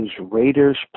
Raiders